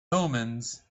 omens